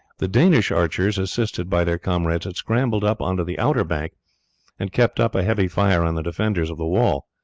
the danish archers, assisted by their comrades, had scrambled up on to the outer bank and kept up a heavy fire on the defenders of the wall.